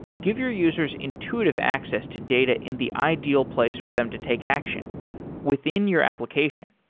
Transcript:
give your users intuitive access to data in the ideal place for them to take action within your application.